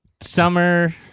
Summer